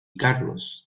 carlos